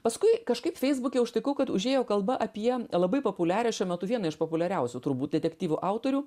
paskui kažkaip feisbuke užtikau kad užėjo kalba apie labai populiarią šiuo metu vieną iš populiariausių turbūt detektyvų autorių